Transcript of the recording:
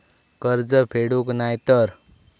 कर्ज फेडूक नाय तर?